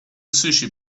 sushi